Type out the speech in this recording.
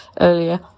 earlier